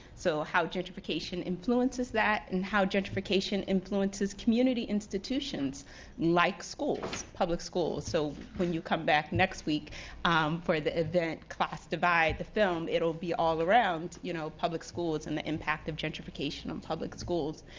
so how gentrification influences that and how gentrification influences community institutions like schools, public schools. so when you come back next week for the event, class divide, the film, it'll be all around, you know public schools and the impact of gentrification on public schools.